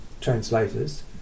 translators